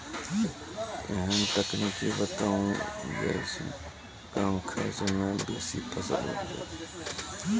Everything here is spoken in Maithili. ऐहन तकनीक बताऊ जै सऽ कम खर्च मे बेसी फसल उपजे?